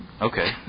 Okay